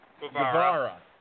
Guevara